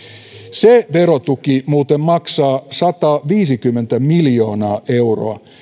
se verotuki muuten maksaa sataviisikymmentä miljoonaa euroa